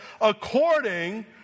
according